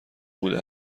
بوده